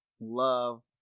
love